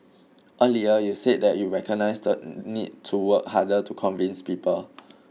earlier you said that you recognise the need to work harder to convince people